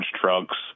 trucks